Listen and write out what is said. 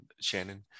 shannon